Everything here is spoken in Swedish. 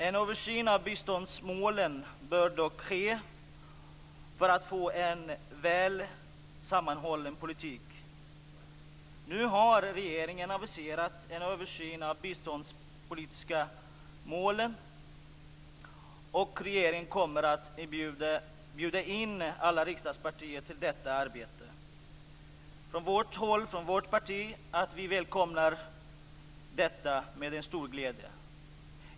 En översyn av biståndsmålen bör ske för att få en väl sammanhållen politik. Nu har regeringen aviserat en översyn av de biståndspolitiska målen. Regeringen kommer att bjuda in alla riksdagspartier till detta arbete. Vi i vårt parti välkomnar detta med stor glädje.